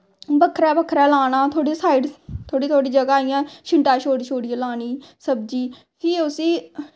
बक्खरा बक्खरा लान्ने थोह्ड़ा साईड़ थोह्ड़ी थोह्ड़ा जगह इयां छिंडा छोड़ी छोड़ियै लानी सब्जी फ्ही उसी